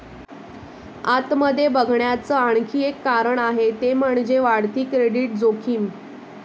आत मध्ये बघण्याच आणखी एक कारण आहे ते म्हणजे, वाढती क्रेडिट जोखीम